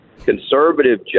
conservative